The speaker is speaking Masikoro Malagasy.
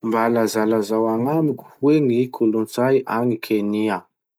Mba lazalazao agnamiko hoe ny kolotsay agny Kenya?